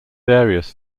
various